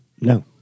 No